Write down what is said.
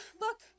look